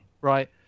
Right